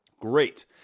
Great